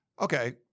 okay